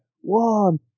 one